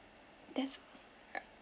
that's al~